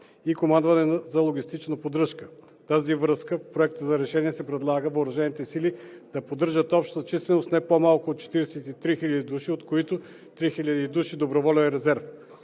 и Командване за логистична поддръжка. В тази връзка в Проекта за решение се предлага въоръжените сили да поддържат обща численост не по-малка от 43 000 души, от които 3000 души доброволен резерв.